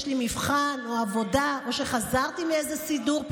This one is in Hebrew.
יש לי מבחן או עבודה או שחזרתי מאיזה סידור,